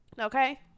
Okay